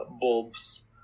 bulbs